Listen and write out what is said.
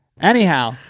Anyhow